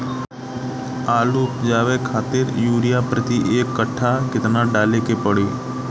आलू उपजावे खातिर यूरिया प्रति एक कट्ठा केतना डाले के पड़ी?